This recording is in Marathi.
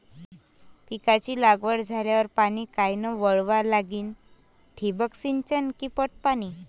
पिकाची लागवड झाल्यावर पाणी कायनं वळवा लागीन? ठिबक सिंचन की पट पाणी?